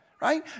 Right